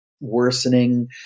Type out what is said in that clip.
worsening